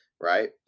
right